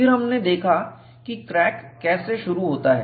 फिर हमने देखा कि क्रैक कैसे शुरू होता है